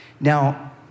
Now